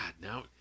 now